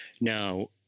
now